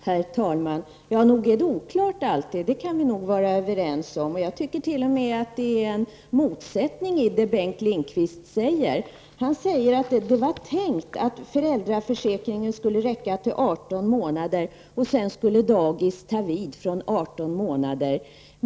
Herr talman! Ja, nog är det oklart alltid. Det kan vi nog vara överens om och jag tycker t.o.m. att det finns en motsättning i det Bengt Lindqvist säger. Han säger att det var tänkt att föräldraförsäkringen skulle räcka till 18 månader och sedan skulle daghemmen ta vid från 18 månader.